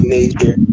Nature